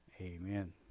Amen